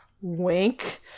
wink